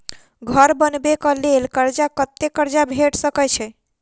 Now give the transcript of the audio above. घर बनबे कऽ लेल कर्जा कत्ते कर्जा भेट सकय छई?